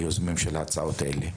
היוזמים של ההצעות האלה.